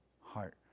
heart